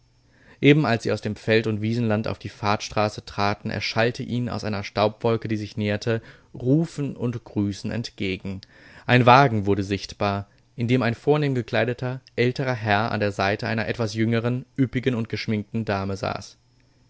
eben als sie aus dem feld und wiesenland auf die fahrstraße traten erschallte ihnen aus einer staubwolke die sich näherte rufen und grüßen entgegen ein wagen wurde sichtbar in dem ein vornehm gekleideter älterer herr an der seite einer etwas jüngern üppigen und geschminkten dame saß